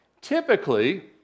Typically